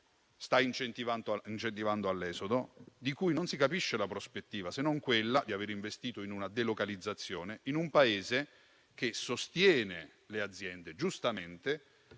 sta incentivando l'esodo, di cui non si capisce la prospettiva, se non quella di avere investito in una delocalizzazione in un Paese che giustamente